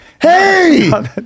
hey